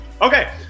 okay